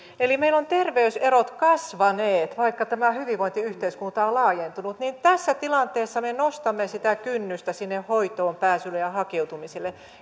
eli meillä ovat terveyserot kasvaneet vaikka tämä hyvinvointiyhteiskunta on laajentunut ja tässä tilanteessa me nostamme sitä kynnystä sinne hoitoon pääsyyn ja hakeutumiseen